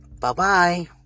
Bye-bye